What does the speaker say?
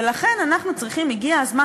ולכן הגיע הזמן,